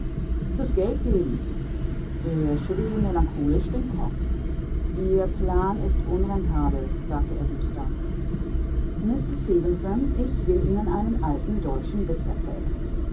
fürs geldgeben er schüttelte melancholisch den kopf ihr plan ist unrentabel sagte er düster mister stefenson ich will ihnen einen alten deutschen witz erzählen